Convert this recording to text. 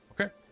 Okay